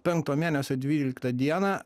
penkto mėnesio dvyliktą dieną